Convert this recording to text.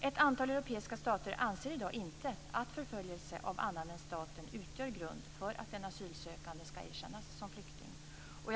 Ett antal europeiska stater anser i dag inte att förföljelse av annan än staten utgör grund för att en asylsökande ska erkännas som flykting.